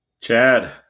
Chad